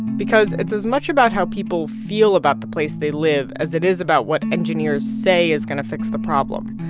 because it's as much about how people feel about the place they live as it is about what engineers say is going to fix the problem.